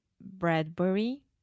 Bradbury